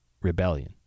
rebellion